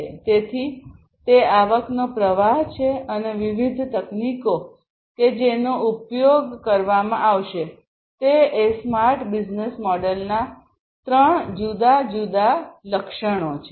તેથી તે આવકનો પ્રવાહ છે અને વિવિધ તકનીકો કે જેનો ઉપયોગ કરવામાં આવશે તે એ સ્માર્ટ બિઝનેસ મોડેલના ત્રણ જુદા જુદા કીમુખ્ય લક્ષણો છે